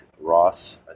Ross